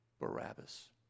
Barabbas